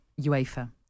UEFA